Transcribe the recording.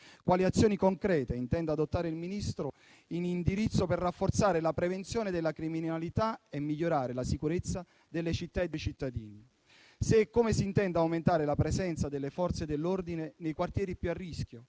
quali azioni concrete intenda adottare il Ministro in indirizzo per rafforzare la prevenzione della criminalità e migliorare la sicurezza delle città e dei cittadini; se e come si intende aumentare la presenza delle Forze dell'ordine nei quartieri più a rischio